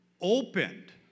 opened